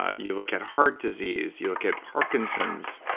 ah you look at heart disease, you look at parkinson's,